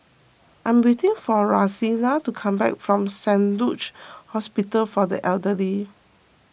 I am waiting for Rosina to come back from Saint Luke's Hospital for the Elderly